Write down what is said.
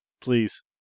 Please